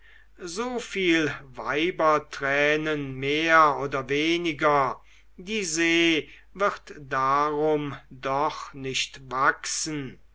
so viel weibertränen mehr oder weniger die see wird darum doch nicht wachsen